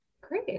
great